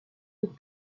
deux